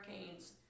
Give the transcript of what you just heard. hurricanes